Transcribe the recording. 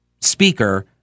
speaker